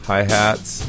Hi-hats